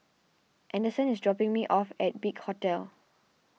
anderson is dropping me off at Big Hotel